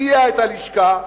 הפתיעה את הלשכה.